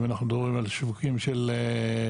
אם אנחנו מדברים על שווקים של מניות,